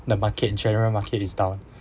the market general market is down